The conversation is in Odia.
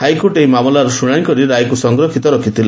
ହାଇକୋର୍ଟ ଏହି ମାମଲାର ଶୁଶାଶି ଶେଷକରି ରାୟକୁ ସଂରକ୍ଷିତ ରଖିଥିଲେ